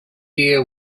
year